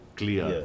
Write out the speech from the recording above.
clear